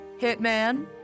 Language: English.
Hitman